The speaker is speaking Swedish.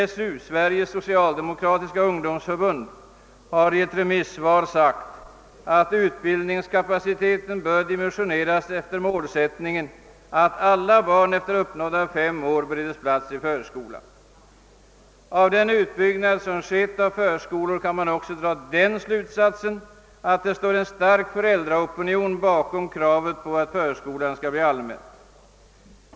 SSU, Sveriges socialdemokratiska ungdomsförbund, har i ett remissvar sagt att utbildningskapaciteten bör dimensioneras efter målsättningen att alla barn efter uppnådda fem år beredes plats i förskolan. Av den utbyggnad som skett av förskolor kan man också dra den slutsatsen att det står en stark föräldraopinion bakom kravet på att förskolan skall bli allmän.